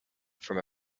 from